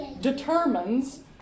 determines